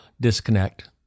disconnect